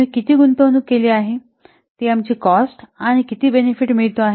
आम्ही किती गुंतवणूक केली आहे ती आमची कॉस्ट आणि किती बेनिफिट मिळतो आहे